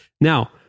Now